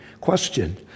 Question